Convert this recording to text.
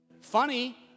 Funny